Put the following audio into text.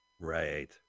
Right